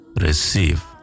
receive